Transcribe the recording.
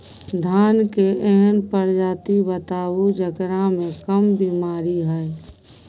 धान के एहन प्रजाति बताबू जेकरा मे कम बीमारी हैय?